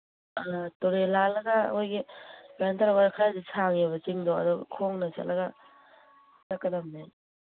ꯑꯥ ꯇꯨꯔꯦꯜ ꯂꯥꯜꯂꯒ ꯃꯣꯏꯒꯤ ꯀꯩꯅꯣ ꯇꯧꯔꯒ ꯈꯔꯗꯤ ꯁꯥꯡꯉꯦꯕ ꯆꯤꯡꯗꯣ ꯑꯗꯨ ꯈꯣꯡꯅ ꯆꯠꯂꯒ ꯆꯠꯀꯗꯝꯅꯦ